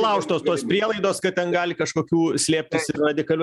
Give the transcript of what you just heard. laužtos tos prielaidos kad ten gali kažkokių slėptis ir radikalių